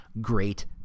great